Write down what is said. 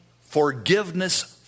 forgiveness